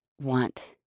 want